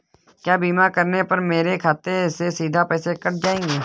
क्या बीमा करने पर मेरे खाते से सीधे पैसे कट जाएंगे?